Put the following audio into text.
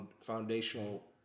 foundational